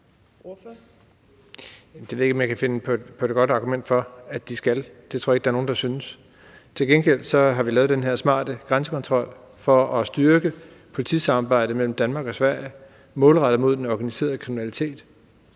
Det ved jeg ikke om jeg kan finde på et godt argument for at de skal. Det tror jeg ikke der er nogen der synes. Til gengæld har vi lavet den her smarte grænsekontrol for at styrke politisamarbejdet mellem Danmark og Sverige målrettet mod den organiserede kriminalitet,